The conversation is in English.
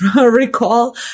recall